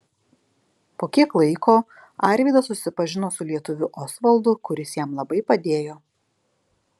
po kiek laiko arvydas susipažino su lietuviu osvaldu kuris jam labai padėjo